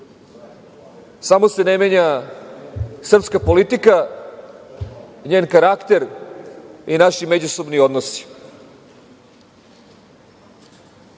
samo se ne menja srpska politika, njen karakter i naši međusobni odnosi.